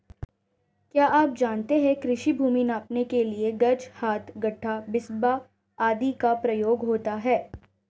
क्या आप जानते है कृषि भूमि नापने के लिए गज, हाथ, गट्ठा, बिस्बा आदि का प्रयोग होता है?